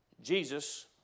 Jesus